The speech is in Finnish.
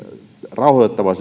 rauhoitettava